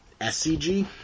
SCG